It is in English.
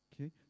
Okay